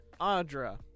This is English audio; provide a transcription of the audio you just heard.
Audra